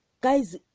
Guys